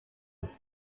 hafi